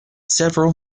several